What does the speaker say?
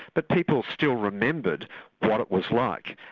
but people still remembered what it was like,